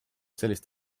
sellist